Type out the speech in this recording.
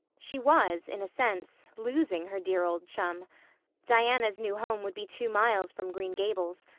she was, in a sense, losing her dear old chum diana's new home would be two miles from green gables,